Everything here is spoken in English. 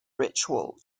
ritual